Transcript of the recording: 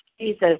Jesus